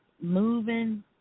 moving